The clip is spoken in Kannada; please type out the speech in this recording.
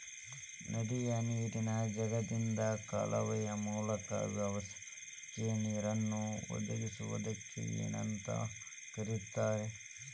ನದಿಯ ನೇರಿನ ಜಾಗದಿಂದ ಕಾಲುವೆಯ ಮೂಲಕ ವ್ಯವಸಾಯಕ್ಕ ನೇರನ್ನು ಒದಗಿಸುವುದಕ್ಕ ಏನಂತ ಕರಿತಾರೇ?